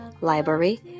library